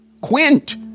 Quint